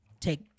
Take